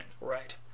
Right